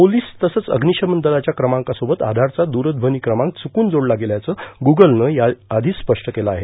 police तसंच अग्निश्वमन दलाच्या क्रमांकासोबत आधारचा दूरध्वनी क्रमांक चुक्तन जोडला गेल्याचं गुगलने याआधीच स्पष्ट केलं आहे